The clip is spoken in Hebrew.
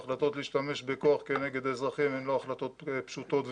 ההחלטות להשתמש בכוח כנגד אזרחים הן לא החלטות פשוטות וקלות.